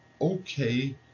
okay